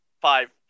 five